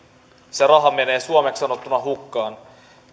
se raha menee suomeksi sanottuna hukkaan